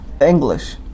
English